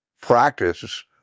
practice